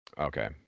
Okay